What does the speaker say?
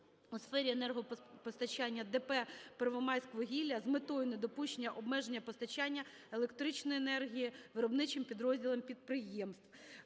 у сфері енергопостачання ДП "Первомайськвугілля" з метою недопущення обмеження постачання електричної енергії виробничим підрозділам підприємства.